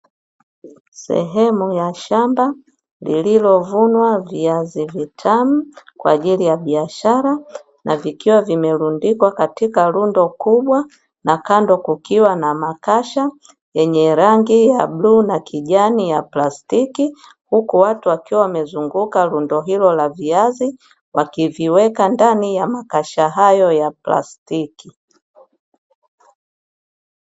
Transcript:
Sehemu ya shamba lililovunwa viazi vitamu kwa ajili ya biashara na vikiwa vimerundikwa katika rundo kubwa, na kando kukiwa na makasha yenye rangi ya kijivu na kijani ya plastiki. Watu wakiwa wamezunguka rundo hilo la viazi wakiviweka ndani ya makasha haya ya plastiki.